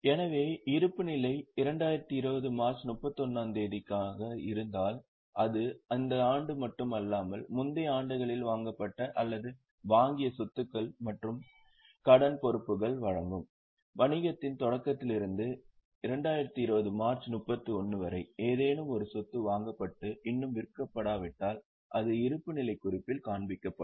எனவே இருப்புநிலை 2020 மார்ச் 31 ஆம் தேதிக்கானதாக இருந்தால் அது இந்த ஆண்டு மட்டுமல்லாமல் முந்தைய ஆண்டுகளில் வாங்கப்பட்ட அல்லது வாங்கிய சொத்துக்கள் மற்றும் கடன் பொறுப்புகளை வழங்கும் வணிகத்தின் தொடக்கத்திலிருந்து 2020 மார்ச் 31 வரை ஏதேனும் ஒரு சொத்து வாங்கப்பட்டு இன்னும் விற்கப்படாவிட்டால் அது இருப்புநிலைக் குறிப்பில் காண்பிக்கப்படும்